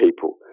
people